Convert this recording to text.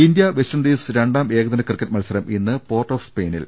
India West Indies രണ്ടാം ഏകദിന cricket മത്സരം ഇന്ന് പോർട്ട് ഓഫ് സ്പെയിനിൽ